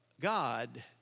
God